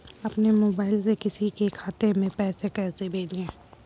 अपने मोबाइल से किसी के खाते में पैसे कैसे भेजें?